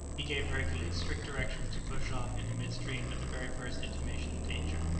he gave hercules strict directions to push off into mid-stream at the very first intimation of danger.